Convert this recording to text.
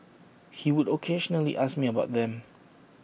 he would occasionally ask me about them